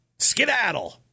Skedaddle